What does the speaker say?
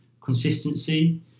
consistency